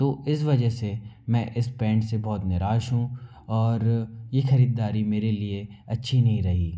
तो इस वजह से मैं इस पैन्ट से बहुत ही निराश हूँ और ये खरीददारी मेरे लिए अच्छी नहीं रही